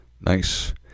Nice